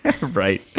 right